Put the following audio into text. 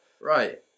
Right